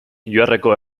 joarreko